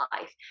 life